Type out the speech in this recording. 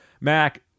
mac